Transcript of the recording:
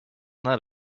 that